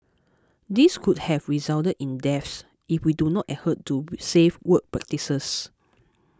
these could have resulted in deaths if we do not adhere to safe work practices